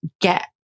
get